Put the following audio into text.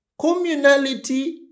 communality